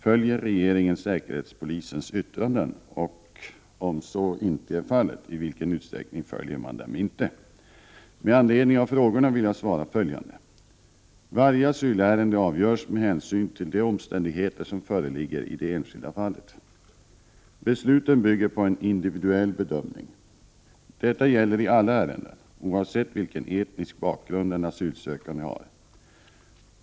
Följer regeringen säkerhetspolisens yttranden och, om så inte är fallet, i vilken utsträckning följer man dem inte? Varje asylärende avgörs med hänsyn till de omständigheter som föreligger i det enskilda fallet. Besluten bygger på en individuell bedömning. Detta gäller i alla ärenden oavsett vilken etnisk bakgrund den asylsökande har.